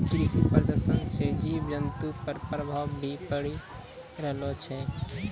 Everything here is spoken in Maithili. कृषि प्रदूषण से जीव जन्तु पर प्रभाव भी पड़ी रहलो छै